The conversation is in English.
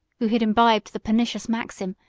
who had imbibed the pernicious maxim,